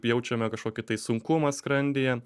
jaučiame kažkokį tai sunkumą skrandyje